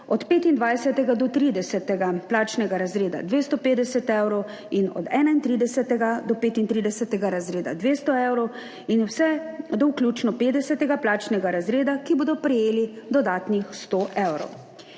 od 25. do 30. plačnega razreda 250 evrov, od 31. do 35. razreda 200 evrov in vse do vključno 50. plačnega razreda dodatnih 100 evrov.